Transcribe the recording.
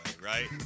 right